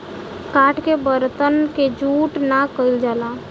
काठ के बरतन के जूठ ना कइल जाला